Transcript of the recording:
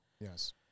Yes